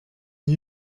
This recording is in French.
n’y